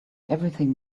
everything